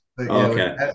Okay